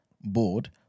board